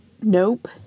Nope